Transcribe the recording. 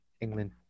England